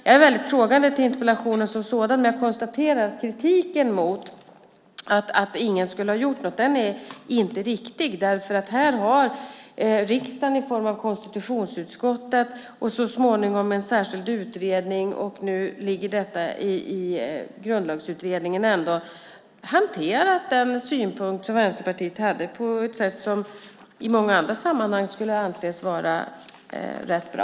Jag är väldigt frågande till interpellationen som sådan och konstaterar att kritiken att ingen skulle ha gjort något inte är riktigt berättigad därför att här har riksdagen, genom konstitutionsutskottet och så småningom en särskild utredning som nu ligger i Grundlagsutredningen, ändå hanterat den synpunkt som Vänsterpartiet hade på ett sätt som i många andra sammanhang skulle anses vara rätt bra.